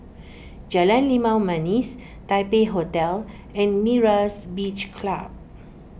Jalan Limau Manis Taipei Hotel and Myra's Beach Club